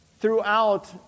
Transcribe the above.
throughout